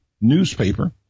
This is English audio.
newspaper